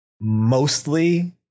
mostly